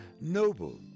Noble